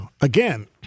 Again